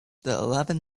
eleven